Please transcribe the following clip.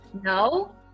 No